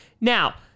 Now